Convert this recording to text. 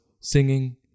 singing